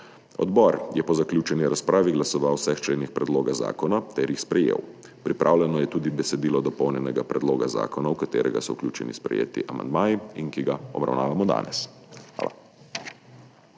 Odbor je po zaključeni razpravi glasoval o vseh členih predloga zakona ter jih sprejel. Pripravljeno je tudi besedilo dopolnjenega predloga zakona, v katerega so vključeni sprejeti amandmaji in ki ga obravnavamo danes. Hvala.